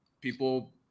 people